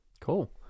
Cool